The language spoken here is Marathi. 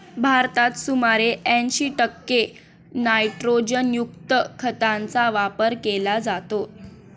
भारतात सुमारे ऐंशी टक्के नायट्रोजनयुक्त खतांचा वापर केला जातो